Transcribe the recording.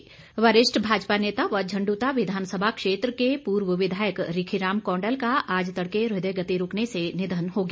रिखी राम कौंडल वरिष्ठ भाजपा नेता व झंड्रता विधानसभा क्षेत्र के पूर्व विधायक रिखी राम कौंडल का आज तड़के हृदय गति रुकने से निधन हो गया